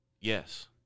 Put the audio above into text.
yes